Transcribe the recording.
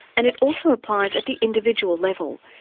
and it also applies at the individual level.